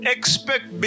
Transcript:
expect